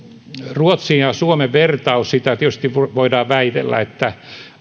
ruotsin ja suomen vertailun suhteen tietysti voidaan väitellä siitä että